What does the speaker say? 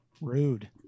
Rude